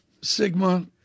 Sigma